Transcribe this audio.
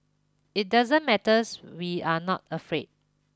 it doesn't matters we are not afraid